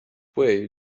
way